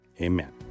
amen